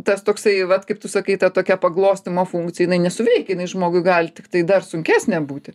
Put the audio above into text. tas toksai vat kaip tu sakai ta tokia paglostymo funkcija jinai nesuveikia jinai žmogui gali tiktai dar sunkesnė būti